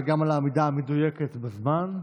גם על העמידה המדויקת בזמן.